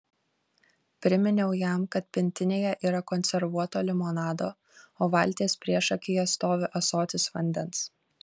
priminiau jam kad pintinėje yra konservuoto limonado o valties priešakyje stovi ąsotis vandens